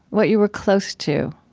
what you were close to,